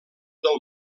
del